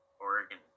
Oregon